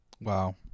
Wow